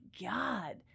god